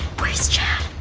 where's chad?